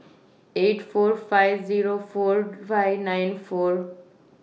eight four five Zero four five nine four